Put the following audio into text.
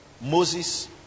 Moses